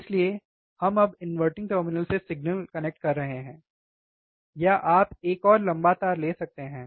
इसलिए हम अब इनवर्टिंग टर्मिनल से सिग्नल कनेक्ट कर रहे हैं या आप एक और लंबा तार ले सकते हैं